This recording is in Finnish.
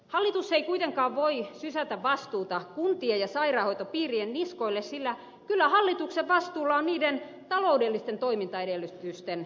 hallitus ei kuitenkaan voi sysätä vastuuta kuntien ja sairaanhoitopiirien niskoille sillä kyllä hallituksen vastuulla on niiden taloudellisten toimintaedellytysten turvaaminen